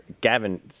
Gavin